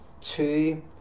Two